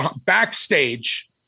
backstage